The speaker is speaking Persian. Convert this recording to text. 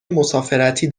مسافرتی